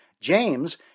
James